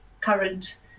current